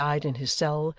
when he died in his cell,